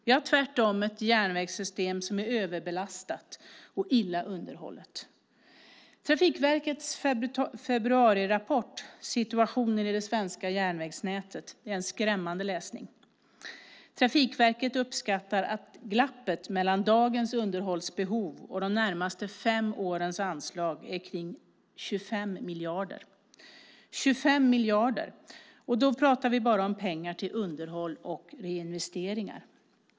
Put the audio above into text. Vi har tvärtom ett järnvägssystem som är överbelastat och illa underhållet. Trafikverkets februarirapport Situationen i det svenska järnvägsnätet är en skrämmande läsning. Trafikverket uppskattar att glappet mellan dagens underhållsbehov och de närmaste fem årens anslag är kring 25 miljarder. Och då pratar vi bara om pengar till underhåll och reinvesteringar.